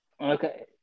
Okay